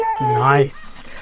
Nice